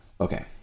Okay